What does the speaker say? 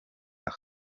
aha